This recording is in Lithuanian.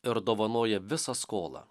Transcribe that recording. ir dovanoja visą skolą